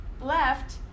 left